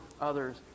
others